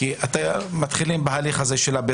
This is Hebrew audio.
אני מבין שיש פה כינוס של שני